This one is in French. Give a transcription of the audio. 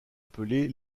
appelée